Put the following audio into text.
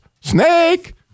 Snake